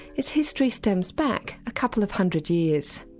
its history stems back a couple of hundred years.